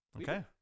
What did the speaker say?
Okay